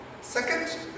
second